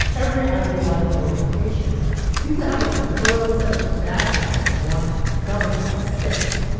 every ideological orientation seems to have a preferred set of bad guys. they want governed by sticks.